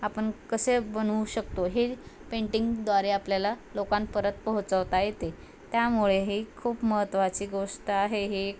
आपण कसे बनवू शकतो हे पेंटिंगद्वारे आपल्याला लोकांपर्यंत पोहोचवता येते त्यामुळे ही खूप महत्त्वाची गोष्ट आहे ही